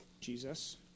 Jesus